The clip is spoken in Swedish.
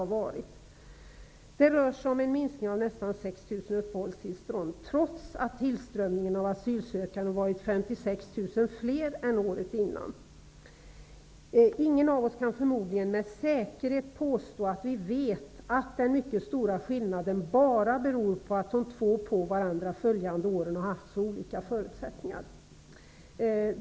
Det rör sig om en minskning med nästan 6 000 uppehållstillstånd, trots att tillströmningen av asylsökande har ökat med 56 000 jämfört med året dessförinnan. Ingen av oss kan förmodligen med säkerhet påstå att vi vet att den mycket stora skillnaden bara beror på att det under de två på varandra följande åren varit så olika förutsättningar.